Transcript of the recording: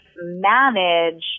manage